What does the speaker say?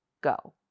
go